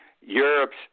Europe's